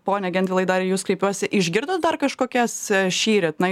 pone gentvilai dar jus kreipiuosi išgirdot dar kažkokias šįryt na